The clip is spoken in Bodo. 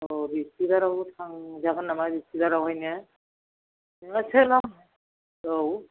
औ बिसतिबाराव थांजागोन नामा बिसतिबारावहाय ना औ